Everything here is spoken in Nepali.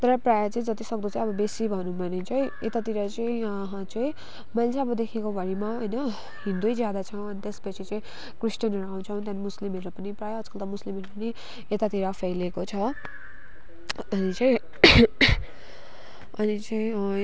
र प्रायः चाहिँ जति सक्दो चाहिँ अब बेसी भनौँ भने चाहिँ यतातिर चाहिँ यहाँ चाहिँ मैले चाहिँ अब देखेको भरिमा होइन हिन्दू नै ज्यादा छ अनि त्यस पछि चाहिँ क्रिस्टियनहरू आउँछ अनि त्यहाँदेखि मुस्लिमहरू पनि प्रायः आजकल त मुस्लिमहरू पनि यतातिर फैलिएको छ अनि चाहिँ अनि चाहिँ